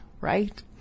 right